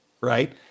right